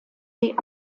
sie